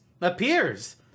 appears